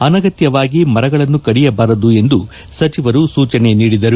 ಅನಗತ್ಯವಾಗಿ ಮರಗಳನ್ನು ಕಡಿಯಬಾರದು ಎಂದು ಸಚಿವರು ಸೂಚನೆ ನೀಡಿದರು